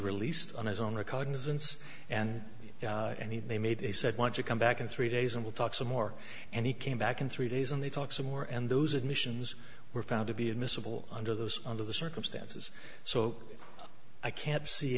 released on his own recognizance and indeed they may they said want to come back in three days and we'll talk some more and he came back in three days and they talk some more and those admissions were found to be admissible under those under the circumstances so i can't see